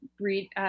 read